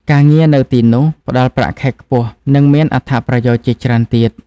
ការងារនៅទីនោះផ្តល់ប្រាក់ខែខ្ពស់និងមានអត្ថប្រយោជន៍ជាច្រើនទៀត។